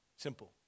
simple